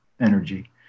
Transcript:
energy